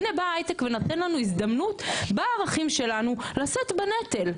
הנה בא ההייטק ונותן לנו הזדמנות בערכים שלנו לשאת בנטל.